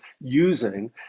using